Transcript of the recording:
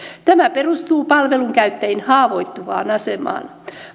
tämä perustuu palvelun käyttäjien haavoittuvaan asemaan